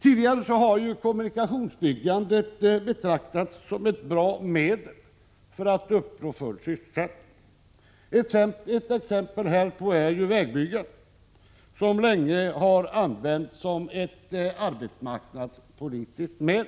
Tidigare har kommunikationsbyggandet betraktats som ett bra medel för att uppnå full sysselsättning. Ett exempel härpå är vägbyggandet, som länge har använts som ett arbetsmarknadspolitiskt medel.